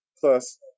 Plus